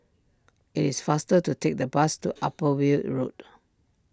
it is faster to take the bus to Upper Weld Road